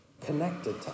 connected